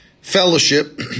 fellowship